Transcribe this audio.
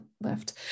left